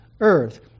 earth